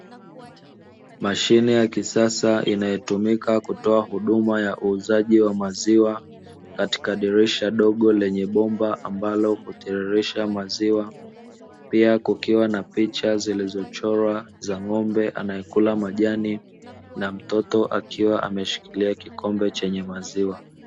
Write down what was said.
Mashine ya kisasa inayotumika kutoa huduma ya uuzaji wa maziwa katika dirisha dogo lenye bomba ambalo hutirirsha maziwa. Pia kukiwa na picha zilizochorwa za ng'ombe anayekula majani na mtoto akiwa ameshikilia kikombe chenye maziwa.